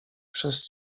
przez